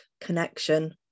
connection